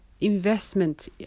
investment